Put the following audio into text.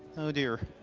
oh, dear.